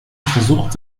versucht